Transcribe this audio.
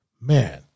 Man